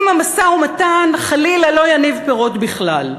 אם המשא-ומתן, חלילה, לא יניב פירות בכלל,